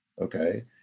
okay